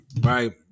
right